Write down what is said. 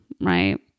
Right